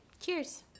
Cheers